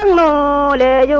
um la la yeah